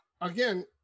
Again